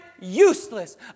useless